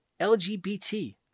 LGBT